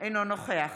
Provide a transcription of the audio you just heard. אינו נוכח